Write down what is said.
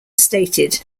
stated